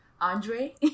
andre